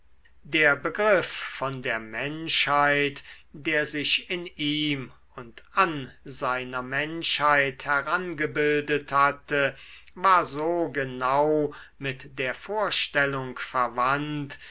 der begriff von der menschheit der sich in ihm und an seiner menschheit herangebildet hatte war so genau mit der vorstellung verwandt